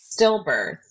stillbirth